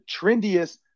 trendiest